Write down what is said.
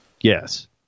yes